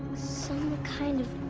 some kind of.